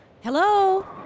Hello